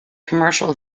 commercial